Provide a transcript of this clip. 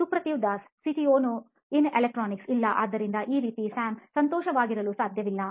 ಸುಪ್ರತಿವ್ Das CTO ನೋಯಿನ್ ಎಲೆಕ್ಟ್ರಾನಿಕ್ಸ್ಇಲ್ಲ ಆದ್ದರಿಂದ ಸ್ಯಾಮ್ ಈ ರೀತಿ ಸಂತೋಷವಾಗಿರಲು ಸಾಧ್ಯವಿಲ್ಲ